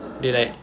they like